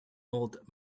old